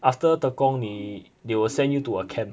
after tekong 你 they will send you to a camp